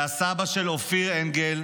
והסבא של אופיר אנגל,